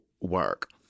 work